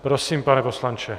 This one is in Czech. Prosím, pane poslanče.